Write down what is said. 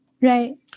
Right